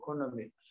economy